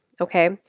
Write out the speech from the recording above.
okay